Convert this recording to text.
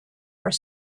are